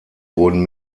wurden